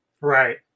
Right